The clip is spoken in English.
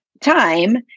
time